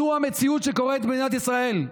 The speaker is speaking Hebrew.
זו המציאות שקורית במדינת ישראל.